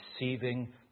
receiving